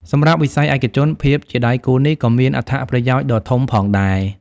សម្រាប់វិស័យឯកជន ភាពជាដៃគូនេះក៏មានអត្ថប្រយោជន៍ដ៏ធំផងដែរ។